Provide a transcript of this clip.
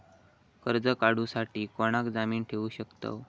कर्ज काढूसाठी कोणाक जामीन ठेवू शकतव?